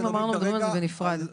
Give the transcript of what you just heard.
אמרנו שאנחנו מדברים בנפרד על השעתיים.